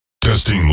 testing